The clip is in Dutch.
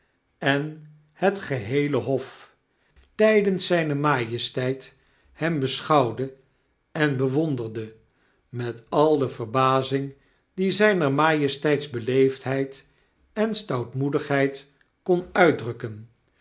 en het geheele hof tydens zyne majesteit hem beschouwde en bewonderde met al de verbazing die zyner majesteits beleefdheid en stoutmoedigheid kon uitdrukken